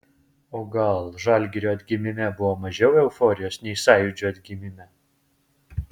o gal žalgirio atgimime buvo mažiau euforijos nei sąjūdžio atgimime